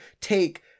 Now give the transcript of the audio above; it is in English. take